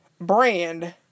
brand